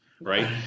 Right